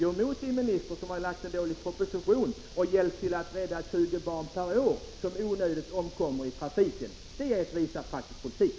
Gå emot er minister som har lagt fram en dålig proposition, och hjälp till att rädda 20 barn per år som i onödan omkommer i trafiken! Det är att visa praktisk politik.